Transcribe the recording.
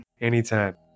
anytime